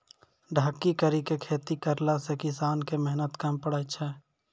ढकी करी के खेती करला से किसान के मेहनत कम पड़ै छै